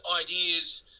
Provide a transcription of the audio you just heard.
ideas